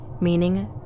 meaning